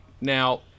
Now